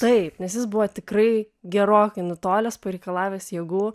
taip nes jis buvo tikrai gerokai nutolęs pareikalavęs jėgų